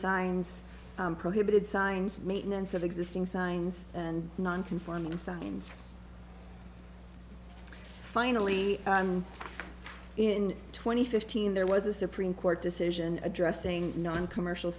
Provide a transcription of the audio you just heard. signs prohibited signs maintenance of existing signs and non conforming signs finally in twenty fifteen there was a supreme court decision addressing noncommercial